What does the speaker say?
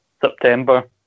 September